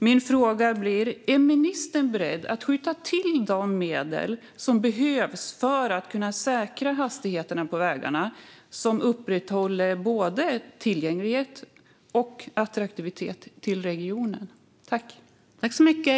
Min fråga blir därför: Är ministern beredd att skjuta till de medel som behövs för att säkra hastigheterna på vägarna, som upprätthåller både tillgängligheten och attraktiviteten för regionen?